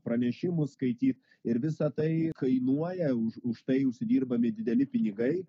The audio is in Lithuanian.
pranešimus skaityt ir visa tai kainuoja už už tai užsidirbami dideli pinigai